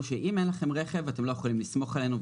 לזה שאם אין לכם רכב אתם לא יכולים לסמוך עלינו,